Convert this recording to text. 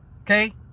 Okay